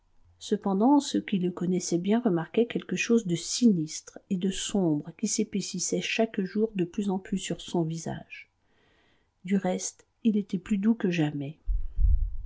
cependant ceux qui le connaissaient bien remarquaient quelque chose de sinistre et de sombre qui s'épaississait chaque jour de plus en plus sur son visage du reste il était plus doux que jamais